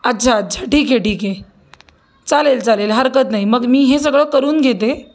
अच्छा अच्छा ठीक आहे ठीक आहे चालेल चालेल हरकत नाही मग मी हे सगळं करून घेते